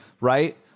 right